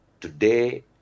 today